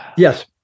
Yes